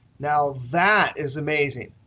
now, that is amazing.